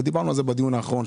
דיברנו על זה בדיון האחרון.